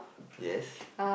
yes